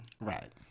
right